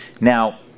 now